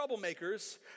troublemakers